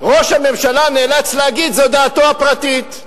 ראש הממשלה נאלץ להגיד: זו דעתו הפרטית,